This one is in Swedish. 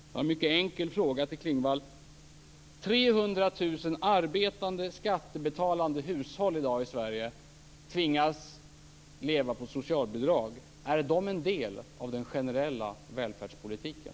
Jag har en mycket enkel fråga till Maj-Inger Klingvall: 300 000 arbetande, skattebetalande hushåll i dag i Sverige tvingas att leva på socialbidrag. Är dessa en del av den generella välfärdspolitiken?